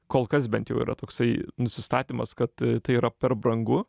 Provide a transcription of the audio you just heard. kol kas bent jau yra toksai nusistatymas kad tai yra per brangu